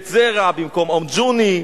בית-זרע, במקום אום-ג'וני,